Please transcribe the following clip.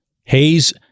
Hayes